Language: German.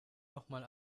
nochmal